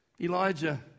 Elijah